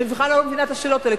אני בכלל לא מבינה את השאלות האלו.